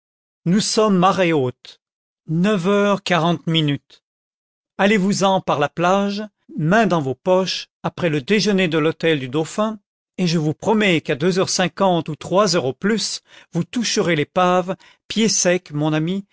nous sommes marée haute neuf heures quarante minutes allez-vous-en par la plage mains dans vos poches après le déjeuner de l'hôtel du dauphin et je vous promets qu'à deux heures cinquante ou trois heures au plusse vous toucherez l'épave pied sec mon ami